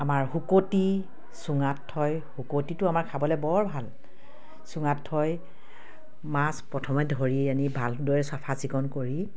আমাৰ শুকতি চুঙাত থয় শুকতিটো আমাৰ খাবলে বৰ ভাল চুঙাত থয় মাছ প্ৰথমে ধৰি আনি ভালদৰে চাফা চিকুণ কৰি